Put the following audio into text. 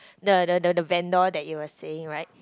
the the the the vendor that you were saying right